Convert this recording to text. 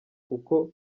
kuko